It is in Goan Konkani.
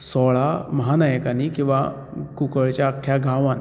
सोळा महानायकांनी किंवां कुंकळ्ळेच्या आख्या गांवांत